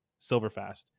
Silverfast